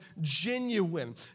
genuine